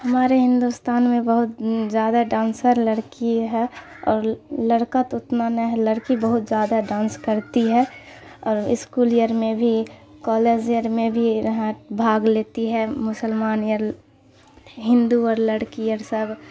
ہمارے ہندوستان میں بہت زیادہ ڈانسر لڑکی ہے اور لڑکا تو اتنا نہ ہے لڑکی بہت زیادہ ڈانس کرتی ہے اور اسکول ایئر میں بھی کالج ایئر میں بھی بھاگ لیتی ہے مسلمان یا ہندو اور لڑکی اور سب